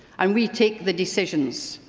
um we take the decisions.